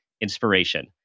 Inspiration